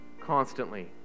constantly